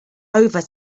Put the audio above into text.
over